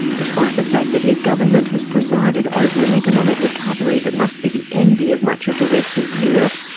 despite the fact that his government has presided over an economic recovery that must be the envy of much of the rest of europe,